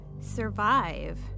Survive